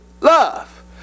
love